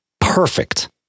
perfect